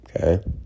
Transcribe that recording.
Okay